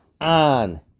on